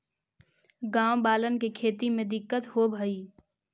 गाँव वालन के खेती में दिक्कत होवऽ हई